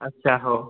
अच्छा हो